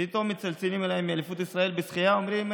פתאום מצלצלים אליי מאליפות ישראל בשחייה ואומרים: